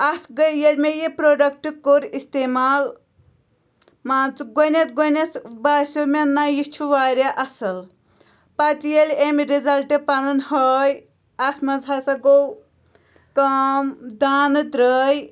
اَتھ گٔے ییٚلہِ مےٚ یہِ پرٛوڈَکٹ کوٚر اِستعمال مان ژٕ گۄڈٕنٮ۪تھ گۄڈٕنٮ۪تھ باسیو مےٚ نَہ یہِ چھُ واریاہ اَصٕل پَتہٕ ییٚلہِ أمۍ رِزَلٹ پَنُن ہٲے اَتھ منٛز ہَسا گوٚو کٲم دانہٕ درٛاے